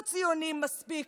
לא ציונים מספיק,